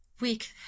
weak